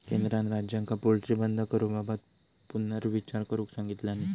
केंद्रान राज्यांका पोल्ट्री बंद करूबाबत पुनर्विचार करुक सांगितलानी